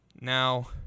Now